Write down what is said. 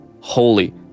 holy